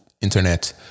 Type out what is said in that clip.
internet